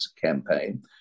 campaign